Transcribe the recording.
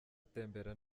atembera